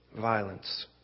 violence